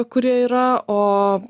kurie yra o